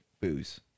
booze